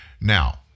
Now